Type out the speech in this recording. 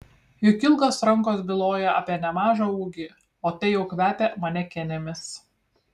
juk ilgos rankos byloja apie nemažą ūgį o tai jau kvepia manekenėmis